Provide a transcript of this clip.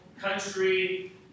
country